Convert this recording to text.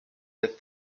that